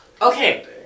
Okay